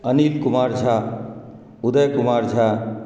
Anil Kumar Jha Uday Kumar Jha